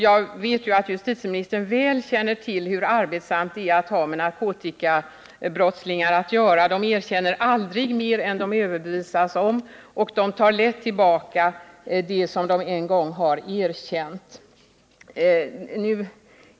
Jag vet att justitieministern väl känner till hur arbetsamt det är att ha med narkotikabrottslingar att göra. De erkänner aldrig mer än de överbevisas om, och de tar lätt tillbaka det som de en gång har erkänt.